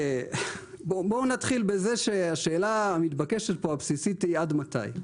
בואו נתחיל מזה שהשאלה הבסיסית המתבקשת היא עד מתי?